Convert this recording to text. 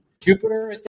Jupiter